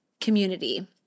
community